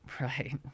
right